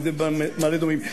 אם במעלה-אדומים,